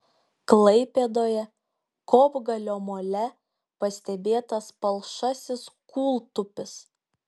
klaipėdoje kopgalio mole pastebėtas palšasis kūltupis